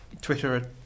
Twitter